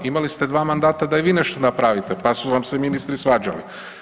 Imali ste dva mandata da i vi nešto napravite, pa su vam se ministri svađali.